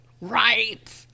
right